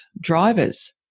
drivers